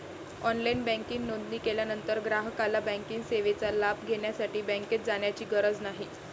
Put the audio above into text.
online banking नोंदणी केल्यानंतर ग्राहकाला बँकिंग सेवेचा लाभ घेण्यासाठी बँकेत जाण्याची गरज नाही